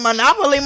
Monopoly